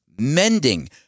mending